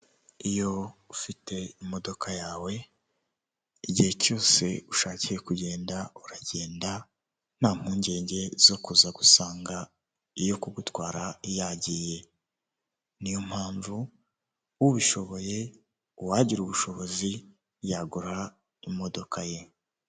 Iyo ufite imodoka yawe igihe cyose ushakiye kugenda uragenda nta mpungenge zo kuza gusanga iyo kugutwara yagiye, niyo mpamvu ubishoboye uwagira ubushobozi yagura imodoka ye.